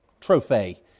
Trophy